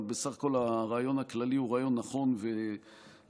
אבל בסך הכול הרעיון הכללי הוא נכון וראוי,